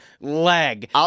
leg